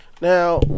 Now